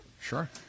Sure